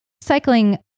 cycling